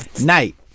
Night